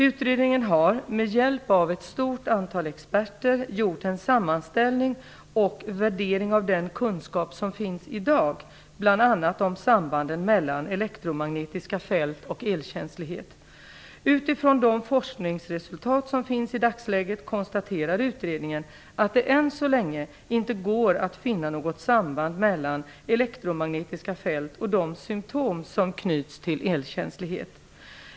Utredningen har, med hjälp av ett stort antal experter, gjort en sammanställning och värdering av den kunskap som finns i dag bl.a. om sambanden mellan elektromagnetiska fält och elkänslighet. Utifrån de forskningsresultat som finns i dagsläget konstaterar utredningen att det än så länge inte går att finna något samband mellan elektromagnetiska fält och de symtom som knyts till elkänslighet.